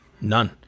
none